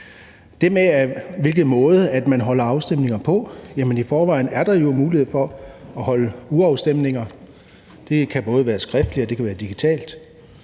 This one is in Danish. vil jeg sige, at der jo i forvejen er mulighed for at holde urafstemninger. Det kan både være skriftligt, og det